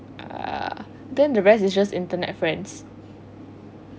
eh then the rest is just internet friends